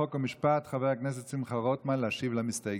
חוק ומשפט חבר הכנסת שמחה רוטמן להשיב למסתייגים.